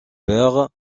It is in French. vers